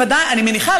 אני מניחה,